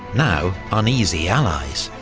now uneasy allies.